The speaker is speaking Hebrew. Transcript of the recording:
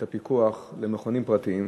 את הפיקוח למכונים פרטיים,